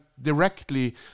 directly